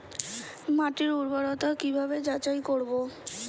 মাটির উর্বরতা কি ভাবে যাচাই করব?